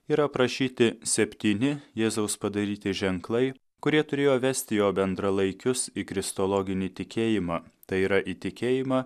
yra aprašyti septyni jėzaus padaryti ženklai kurie turėjo vesti jo bendralaikius į kristologinį tikėjimą tai yra į tikėjimą